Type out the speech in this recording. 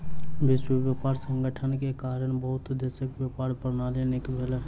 विश्व व्यापार संगठन के कारण बहुत देशक व्यापार प्रणाली नीक भेल